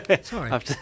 sorry